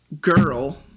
girl